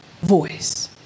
voice